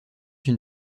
une